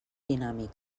dinàmic